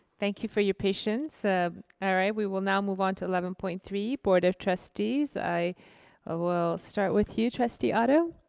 thank you for your patience. ah all right we will now move on to eleven point three, board of trustees, i ah will start with you trustee otto.